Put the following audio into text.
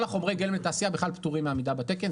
כל חומרי הגלם בתעשייה בכלל פטורים מעמידה בתקן,